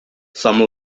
some